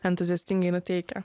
entuziastingai nuteikia